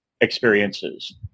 experiences